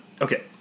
Okay